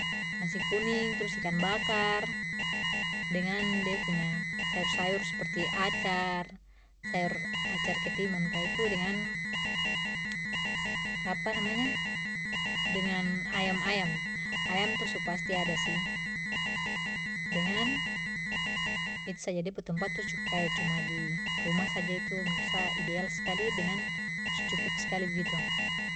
Nasi kuning trus ikan bakar dengan de punya sayur sayur seperti acar, sayur acar ketimun kah itu dengan dengan ayam ayam, ayam tu su pasti ada sih dengan, itu saja de pu tempat tu cu-kaya cuma di rumah saja itu menurut sa ideal skali dengan su cukup skali begitu.